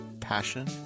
passion